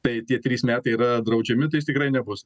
tai tie trys metai yra draudžiami tai jis tikrai nebus